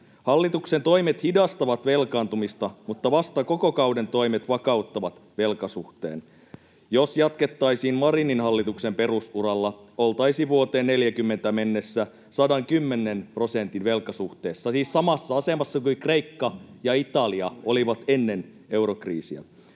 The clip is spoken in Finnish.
Hallituksen toimet hidastavat velkaantumista, mutta vasta koko kauden toimet vakauttavat velkasuhteen. Jos jatkettaisiin Marinin hallituksen perusuralla, oltaisiin vuoteen 40 mennessä 110 prosentin velkasuhteessa, siis samassa asemassa kuin Kreikka ja Italia olivat ennen eurokriisiä.